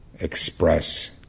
Express